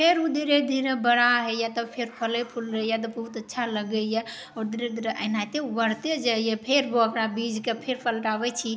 फेर ओ धीरे धीरे बड़ा होइए तऽ फेर फले फूलैए तऽ बहुत अच्छा लगैए आओर धीरे धीरे एनाहिते ओ बढ़िते जाइए फेर ओकरा बीजके फेर पलटाबै छी